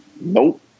Nope